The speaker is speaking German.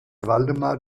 waldemar